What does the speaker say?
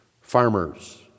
farmers